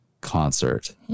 concert